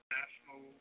national